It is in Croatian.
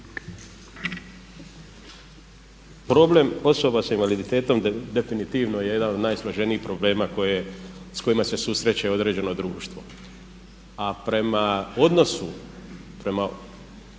Problem osoba sa invaliditetom definitivno je jedan od najsloženijih problema s kojima se susreće određeno društvo. A prema odnosu, prema